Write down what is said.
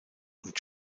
und